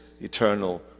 eternal